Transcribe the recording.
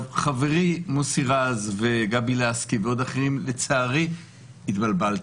חברי מוסי רז, גבי לסקי ואחרים, לצערי התבלבלתם.